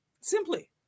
simply